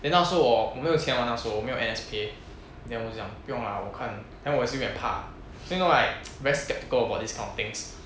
then 那时候我我没有钱我那时候没有 N_S pay then 我就讲不用啦我看 then 我也是有一点怕因为 like very skeptical about this kind of things